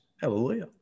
Hallelujah